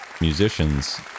musicians